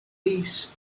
lease